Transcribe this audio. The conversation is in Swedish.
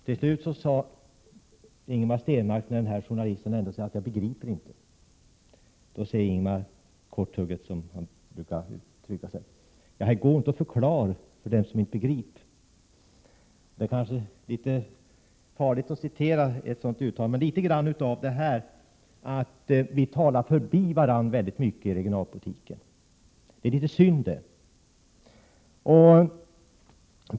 Till slut sade Ingemar Stenmark, när journalisten sade att han ändå inte begrep: Hä gå int å förklar för den som int begrip. Det kan vara farligt att citera ett sådant uttalande, men litet grand belyser det att vi talar förbi varandra mycket när det gäller regionalpolitiken, och det är synd.